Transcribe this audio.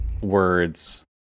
words